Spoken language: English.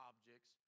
objects